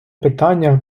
питання